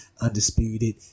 undisputed